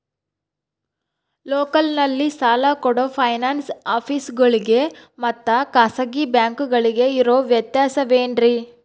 ಲೋಕಲ್ನಲ್ಲಿ ಸಾಲ ಕೊಡೋ ಫೈನಾನ್ಸ್ ಆಫೇಸುಗಳಿಗೆ ಮತ್ತಾ ಖಾಸಗಿ ಬ್ಯಾಂಕುಗಳಿಗೆ ಇರೋ ವ್ಯತ್ಯಾಸವೇನ್ರಿ?